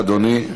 ראשונה,